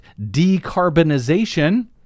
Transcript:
decarbonization